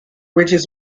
ridges